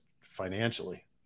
financially